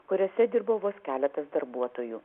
kuriose dirbo vos keletas darbuotojų